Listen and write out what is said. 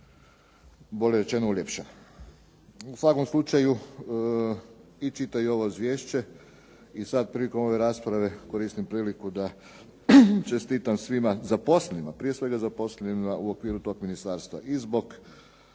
bolje rečeno uljepša. U svakom slučaju i čitavo ovo izvješće i sad prilikom ove rasprave koristim priliku da čestitam svima prije svega zaposlenima u okviru tog ministarstva i zbog